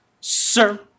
sir